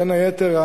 בין היתר,